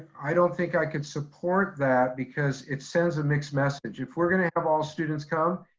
i don't think i could support that because it sends a mixed message. if we're going to have all students come,